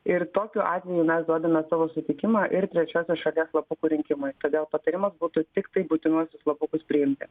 ir tokiu atveju mes duodame savo sutikimą ir trečiosios šalies slapukų rinkimui todėl patarimas būtų tiktai būtinuosius lapukus priimti